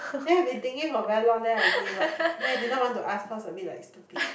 then I've been thinking for very long then I give up then I didn't want to ask cause a bit like stupid